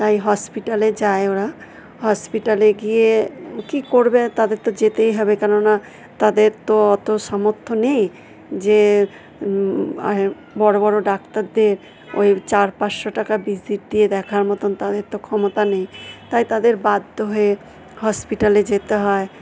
তাই হসপিটালে যায় ওরা হসপিটালে গিয়ে কি করবে তাদের তো যেতেই হবে কেননা তাদের তো অত সামর্থ্য নেই যে বড়ো বড়ো ডাক্তারদের ওই চার পাঁসশো টাকা ভিজিট দিয়ে দেখার মতন তাদের তো ক্ষমতা নেই তাই তাদের বাধ্য হয়ে হসপিটালে যেতে হয়